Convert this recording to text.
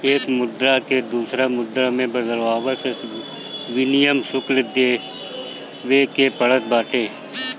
एक मुद्रा के दूसरा मुद्रा में बदलला पअ विनिमय शुल्क देवे के पड़त बाटे